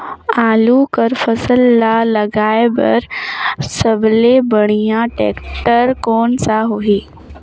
आलू कर फसल ल लगाय बर सबले बढ़िया टेक्टर कोन सा होही ग?